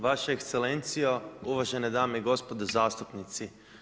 Vaše ekscelencijo, uvažene dame i gospodo zastupnici.